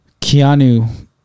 Keanu